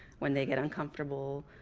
when they get uncomfortable,